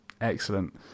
excellent